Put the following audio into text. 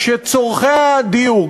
כשצורכי הדיור,